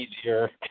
easier